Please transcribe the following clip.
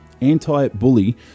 anti-bully